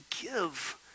give